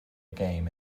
game